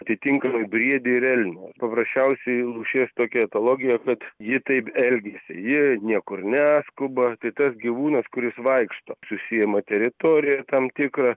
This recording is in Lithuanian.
atitinkamai briedį ir elnią paprasčiausiai lūšies tokia etologija kad ji taip elgiasi ji niekur neskuba tai tas gyvūnas kuris vaikšto susiima teritoriją tam tikrą